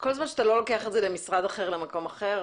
כל זמן שאתה לא לוקח את זה למשרד אחר או למקום אחר,